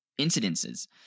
incidences